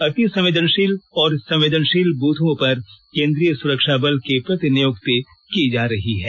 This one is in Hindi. अतिसंवेदनशील और संवेदनशील बूथों पर केन्द्रीय सुरक्षाबल की प्रतिनियुक्ति की जा रही है